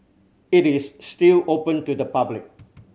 it is still open to the public